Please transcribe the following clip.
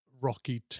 Rocky